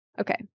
okay